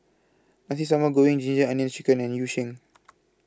Nasi Sambal Goreng Ginger Onions Chicken and Yu Sheng